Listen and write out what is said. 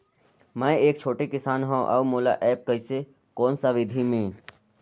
मै एक छोटे किसान हव अउ मोला एप्प कइसे कोन सा विधी मे?